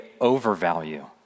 overvalue